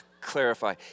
clarify